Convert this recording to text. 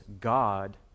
god